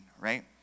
right